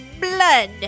blood